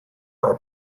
are